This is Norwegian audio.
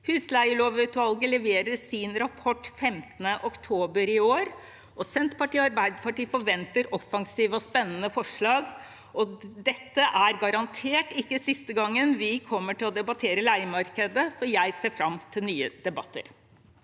Husleielovutvalget leverer sin rapport 15. oktober i år. Senterpartiet og Arbeiderpartiet forventer offensive og spennende forslag. Dette er garantert ikke siste gangen vi kommer til å debattere leiemarkedet – jeg ser fram til nye debatter.